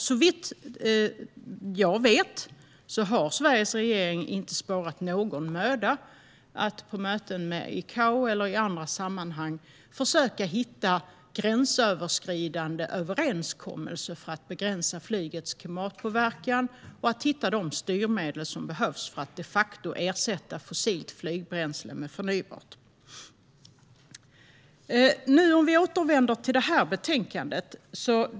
Såvitt jag vet har Sveriges regering inte sparat någon möda när det gäller att på möten med ICAO eller i andra sammanhang försöka hitta gränsöverskridande överenskommelser för att begränsa flygets klimatpåverkan och att hitta de styrmedel som behövs för att de facto ersätta fossilt flygbränsle med förnybart. Nu återvänder vi till detta betänkande.